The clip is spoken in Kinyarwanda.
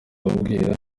abwira